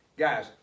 Guys